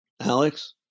Alex